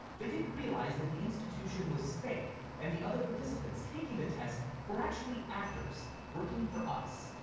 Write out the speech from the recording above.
they didn't realize that the institution was fake and the other participants taking the test were actually actors working for us.